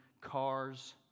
cars